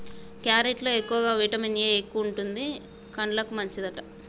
carrot లో ఎక్కువగా vitamin A ఎక్కువుంటది, కండ్లకు మంచిదట